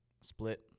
split